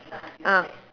uh